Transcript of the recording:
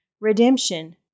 redemption